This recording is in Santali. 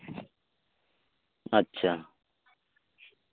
ᱟᱪᱪᱷᱟ